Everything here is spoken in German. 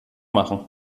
machen